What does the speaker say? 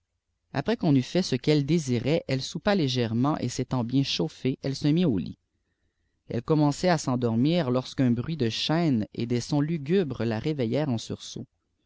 après qu'on eut fait ce qu'elle désirait elle soupa légèrement et s'étant bien chauffée elle se mit au lit elle commençait à endormir lorsqu'un bruit de chaînes et des sons lugubres la réveihérent en sursaut